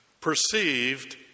perceived